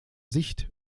sicht